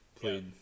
played